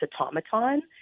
automaton